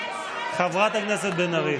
חברת הכנסת בן ארי.